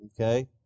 Okay